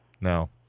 No